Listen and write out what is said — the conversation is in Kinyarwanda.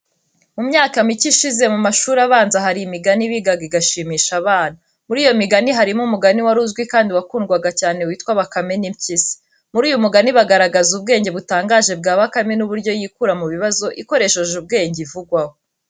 Mu myaka mike ishize mu mashuri abanza hari imigani bigaga igashimisha abana. Muri iyo migani harimo umugani wari uzwi kandi wakundwaga cyane witwa:"Bakame n'Impyisi." Muri uyu mugani bagaragaza ubwenge butangaje bwa bakame n'uburyo yikura mu bibazo ikoresheje ubwenge ivugwaho.